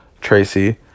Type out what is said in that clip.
Tracy